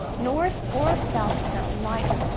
north or south carolina.